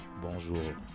Bonjour